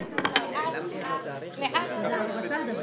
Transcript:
אני נועלת את הדיון.